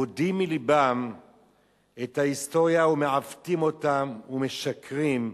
בודים מלבם את ההיסטוריה, ומעוותים אותה, ומשקרים,